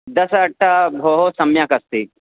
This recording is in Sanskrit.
दश अट्ट भोः सम्यक् अस्ति